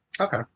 Okay